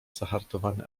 zahartowany